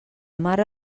mare